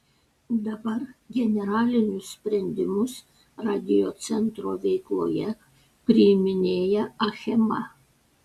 dabar generalinius sprendimus radiocentro veikloje priiminėja achema